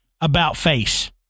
about-face